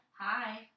Hi